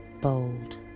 bold